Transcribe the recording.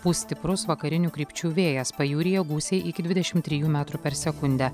pūs stiprus vakarinių krypčių vėjas pajūryje gūsiai iki dvidešim trijų metrų per sekundę